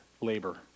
labor